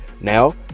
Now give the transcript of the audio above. Now